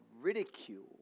ridicule